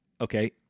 Okay